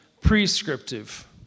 prescriptive